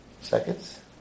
seconds